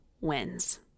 wins